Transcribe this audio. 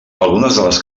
algunes